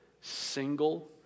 single